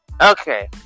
Okay